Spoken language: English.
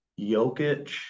Jokic